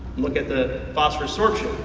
look at the phosphorous sorption,